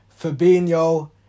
Fabinho